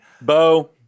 Bo